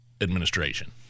administration